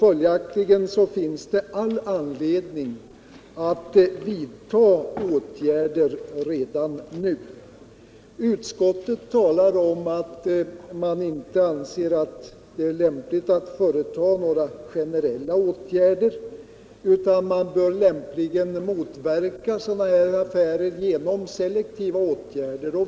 Följaktligen finns det all anledning att vidta åtgärder redan nu. Utskottet talar om att man inte anser att det är lämpligt att företa några generella åtgärder. Man bör lämpligen motverka sådana affärer genom att vidta selektiva åtgärder.